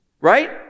Right